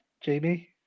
Jamie